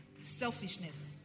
Selfishness